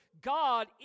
God